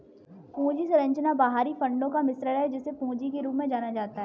पूंजी संरचना बाहरी फंडों का मिश्रण है, जिसे पूंजी के रूप में जाना जाता है